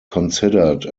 considered